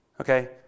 Okay